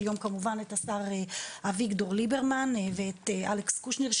יום כמובן את השר אביגדור ליברמן ואת אלכס קושניר,